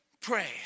Pray